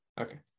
okay